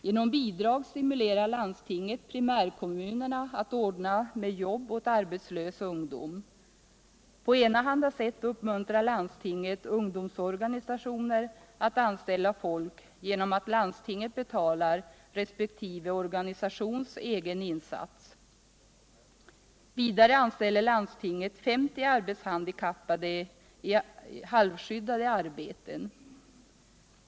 Genom bidrag stimulerar landstinget primärkommunerna att ordna med jobb åt arbetslös ungdom. På enahanda sätt uppmuntrar landstinget ungdomsorganisationer att anställa folk genom att landstinget betalar resp. organisations egen insats. Vidare anställer landstinget 50 arbetshandikappade i halvskyddade arbeten.